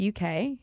UK